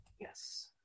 Yes